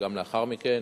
וגם לאחר מכן,